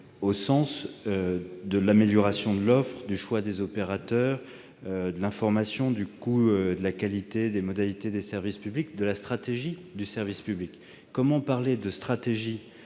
mais de l'amélioration de l'offre, du choix des opérateurs, de l'information, du coût, de la qualité, des modalités et de la stratégie du service public. Comment parler de stratégie